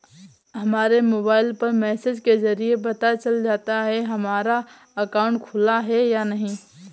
हमारे मोबाइल पर मैसेज के जरिये पता चल जाता है हमारा अकाउंट खुला है या नहीं